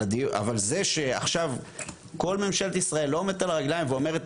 אבל זה שעכשיו כל ממשלת ישראל לא עומדת על הרגליים ואומרת,